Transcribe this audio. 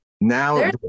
Now